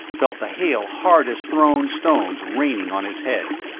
felt the hail hard as thrown stones raining on his head.